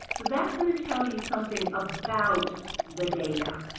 that's going to tell you something about the data.